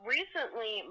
Recently